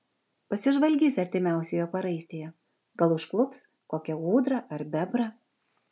pasižvalgys artimiausioje paraistėje gal užklups kokią ūdrą ar bebrą